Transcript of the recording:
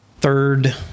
third